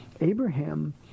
Abraham